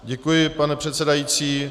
Děkuji, pane předsedající.